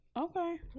Okay